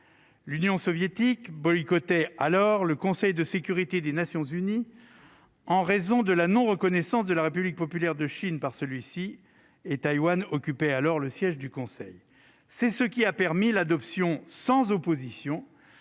L'Union soviétique boycottait alors le Conseil de sécurité des Nations unies, en raison de la non-reconnaissance de la République populaire de Chine par celles-ci, Taïwan occupant alors le siège chinois au Conseil. C'est ce qui a permis l'adoption sans opposition